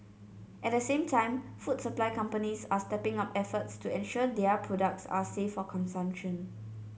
at the same time food supply companies are stepping up efforts to ensure their products are safe for consumption